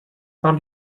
all